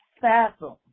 fathom